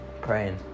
praying